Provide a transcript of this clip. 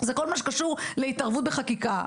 זה כל מה שקשור להתערבות בחקיקה.